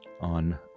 on